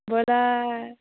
broiler